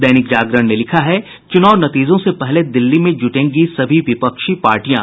दैनिक जागरण ने लिखा है चुनाव नतीजों से पहले दिल्ली में जुटेंगी सभी विपक्षी पार्टियां